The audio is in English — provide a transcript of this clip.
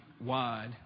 wide